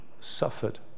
suffered